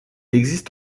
existe